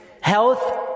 Health